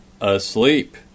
asleep